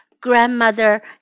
grandmother